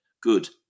Good